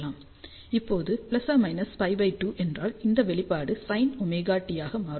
இப்போது ±π2 என்றால் இந்த வெளிப்பாடு sinωt ஆக மாறும்